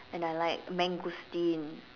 and I like mangosteen